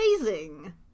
amazing